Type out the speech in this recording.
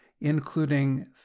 including